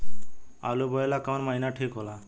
आलू बोए ला कवन महीना ठीक हो ला?